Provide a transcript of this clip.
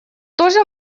тоже